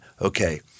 okay